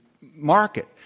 market